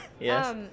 Yes